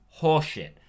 Horseshit